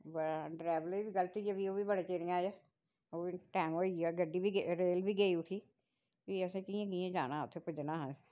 बड़ा डरैवर दी गलती ऐ फ्ही ओह् बी बड़ी चिरें आया ओह् बी टैम होई गेआ गड्डी बी गेई रेल बी गेई उठी फ्ही असें कि'यां कि'यां जाना उत्थे पुज्जना हा उत्थे